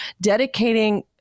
dedicating